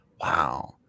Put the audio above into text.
wow